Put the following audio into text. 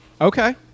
Okay